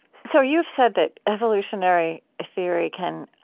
so you've said that evolutionary theory can